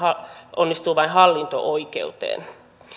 onnistuu vain hallinto oikeuteen